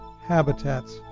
habitats